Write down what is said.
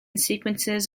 sequences